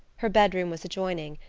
her bedroom was adjoining,